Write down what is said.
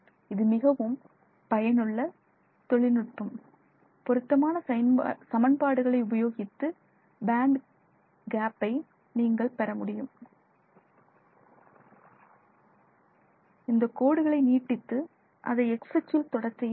இது மிகவும் பயனுள்ள தொழில்நுட்பம் பொருத்தமான சமன்பாடுகளை உபயோகித்து பேண்ட் கேப்பை நீங்கள் பெறமுடியும் இந்தக் கோடுகளை நீட்டித்து அதை எக்ஸ் அச்சில் தொட செய்ய வேண்டும்